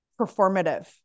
performative